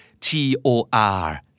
T-O-R